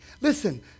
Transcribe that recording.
Listen